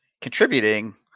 contributing